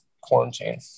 quarantine